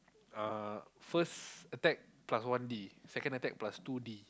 uh first attack plus one D second attack plus two D